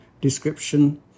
description